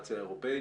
הפדרציה האירופית.